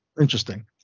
interesting